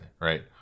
right